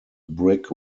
brick